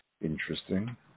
Interesting